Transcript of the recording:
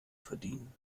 verdienen